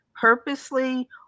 purposely